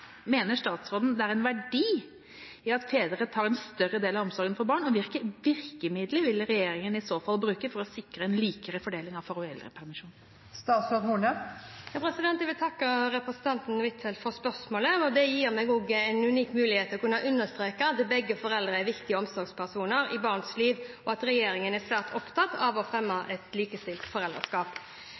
Mener statsråden det er en verdi i at fedre tar en større del av omsorgen for barn, og hvilke virkemidler vil regjeringen i så fall bruke for å sikre en likere fordeling av foreldrepermisjonen?» Jeg vil takke representanten Huitfeldt for spørsmålet. Det gir meg en unik mulighet til å kunne understreke at begge foreldrene er viktige omsorgspersoner i barns liv, og at regjeringen er svært opptatt av å fremme likestilt